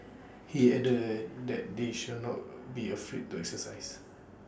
he added that that they should not be afraid to exercise